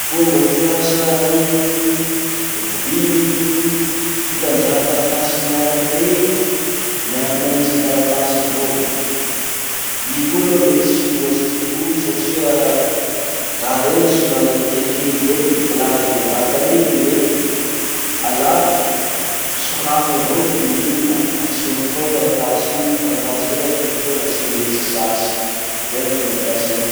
Fomba fiasa gny vy fitanjaha taratasy miaraky rey, miankina amy isa taratasy avao. I koa aloha mety tsy mihoatsy ty folo satria raha reny somary kelikely zay. Fa laha azy bevata rey i mety. Alà sokafy avao vy iny la atsofoky ao taratasy iny, taratasy rey atsofoky ao tsy mihetsiky sasy. Zay gny fomba fiasany.